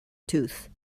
tooth